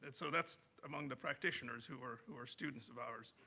and so that's among the practitioners who were who were students of ours.